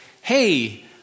hey